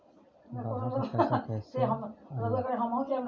बाहर से पैसा कैसे आई?